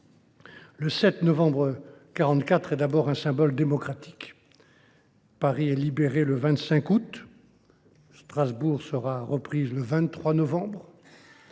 du 7 novembre 1944 est d’abord un symbole démocratique. Paris a été libéré le 25 août. Strasbourg sera reprise le 23 novembre.